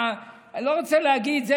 אני לא רוצה להגיד,